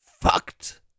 fucked